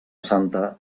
santa